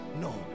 No